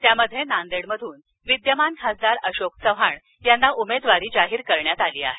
त्यामध्ये नांदेडमधून विद्यमान खासदार अशोक चव्हाण यांना उमेदवारी जाहीर करण्यात आली आहे